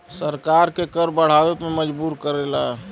सरकार के कर बढ़ावे पे मजबूर करला